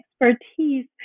expertise